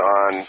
on